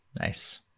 Nice